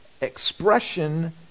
expression